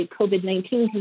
COVID-19